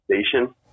station